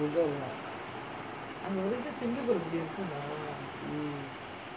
mm